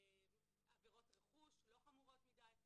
עבירות רכוש לא חמורות מדי,